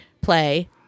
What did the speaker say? play